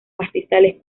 pastizales